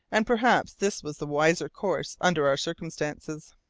and perhaps this was the wiser course under our circumstances.